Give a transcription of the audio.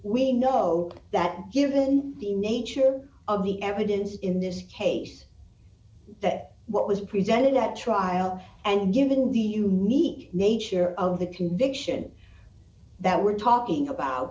we know that given the nature of the evidence in this case that what was presented at trial and given the unique nature of the conviction that we're talking about